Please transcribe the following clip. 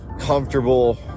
comfortable